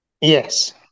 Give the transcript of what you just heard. Yes